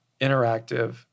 interactive